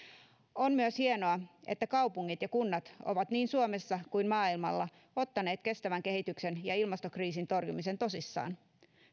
on myös hienoa että kaupungit ja kunnat ovat niin suomessa kuin maailmalla ottaneet kestävän kehityksen ja ilmastokriisin torjumisen tosissaan